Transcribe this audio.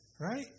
right